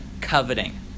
coveting